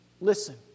listen